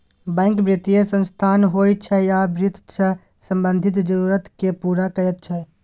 bank बित्तीय संस्थान होइ छै आ बित्त सँ संबंधित जरुरत केँ पुरा करैत छै